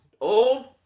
old